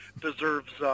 deserves